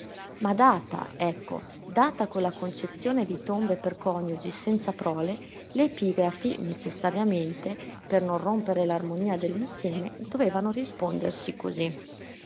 ma data ecco data quella concezione di tombe per coniugi senza prole le epigrafi necessariamente per non rompere l'armonia dell'insieme dovevano rispondersi così